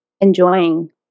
enjoying